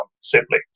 simply